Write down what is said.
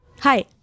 Hi